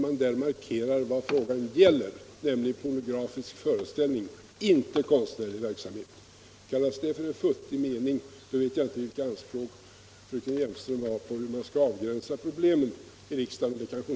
Man markerar där vad frågan gäller, nämligen pornografisk föreställning — inte konstnärlig verksamhet. Kallas det för en futtig mening, vet jag inte vilka anspråk fröken Hjelmström har på hur man skall avgränsa problemen.